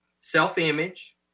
self-image